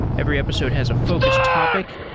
every episode has a focus topic,